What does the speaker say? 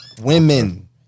women